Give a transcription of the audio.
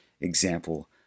example